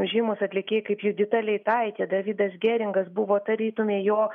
žymūs atlikėjai kaip judita leitaitė davidas geringas buvo tarytumei jo